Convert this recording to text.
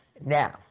now